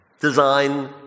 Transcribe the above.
design